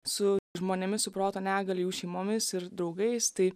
su žmonėmis su proto negalia jų šeimomis ir draugais tai